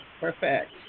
Perfect